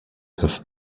have